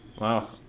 Wow